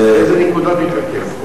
באיזה נקודות להתרכז.